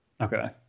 Okay